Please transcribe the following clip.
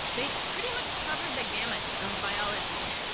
they pretty much cover the gamut of biology.